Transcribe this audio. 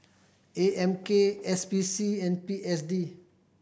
A M K S P C and P S D